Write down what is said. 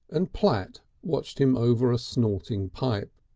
and platt watched him over a snorting pipe.